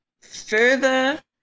further